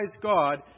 God